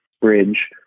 Bridge